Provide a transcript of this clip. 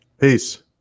Peace